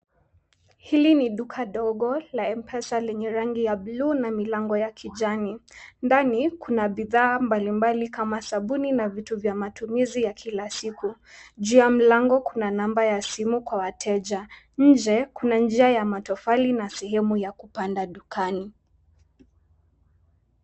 Hili ni duka dogo la mpesa lenye rangi ya bluu na Milango ya kijani. Ndani kuna bidhaa mbalimbali kama sabuni na vituo vya matumizi ya kila siku. Juu ya mlango, kuna namba ya simu kwa wateja. Nje, kuna njia ya matofali na sehemu ya kupanda dukani.